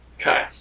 Okay